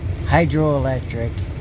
hydroelectric